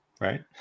right